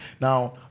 Now